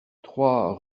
trois